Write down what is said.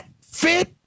fit